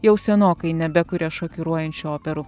jau senokai nebekuria šokiruojančių operų